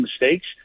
mistakes